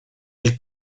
elle